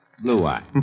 Blue-eye